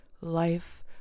life